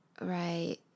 Right